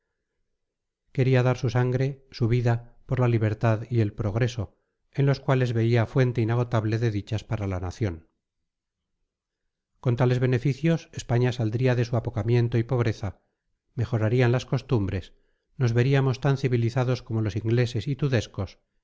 quería dar su sangre su vida por la libertad y el progreso en los cuales veía fuente inagotable de dichas para la nación con tales beneficios españa saldría de su apocamiento y pobreza mejorarían las costumbres nos veríamos tan civilizados como los ingleses y tudescos